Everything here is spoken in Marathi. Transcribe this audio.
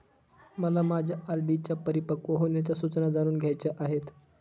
मला माझ्या आर.डी च्या परिपक्व होण्याच्या सूचना जाणून घ्यायच्या आहेत